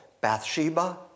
Bathsheba